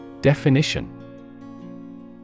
Definition